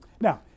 Now